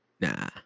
Nah